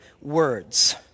words